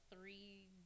three